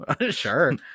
sure